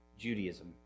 Judaism